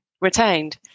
retained